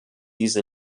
diese